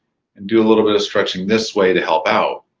and do a little bit of stretching this way to help out.